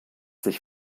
sich